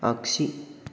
आगसि